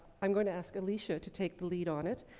i'm going to ask alicia to take the lead on it.